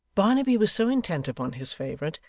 barnaby was so intent upon his favourite,